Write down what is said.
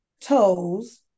toes